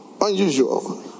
Unusual